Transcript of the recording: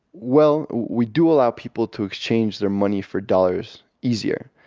well, we do allow people to exchange their money for dollars easier.